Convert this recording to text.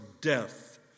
death